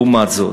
לעומת זאת,